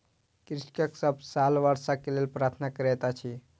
कृषक सभ साल वर्षा के लेल प्रार्थना करैत अछि